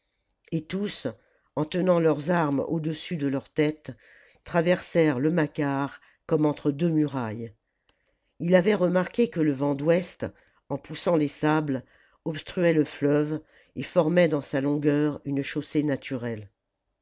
et tous en tenant leurs armes au-dessus de leur tête traversèrent le macar comme entre deux murailles ii avait remarqué que le vent d'ouest en poussant les sables obstruait le fleuve et formait dans sa longueur une chaussée naturelle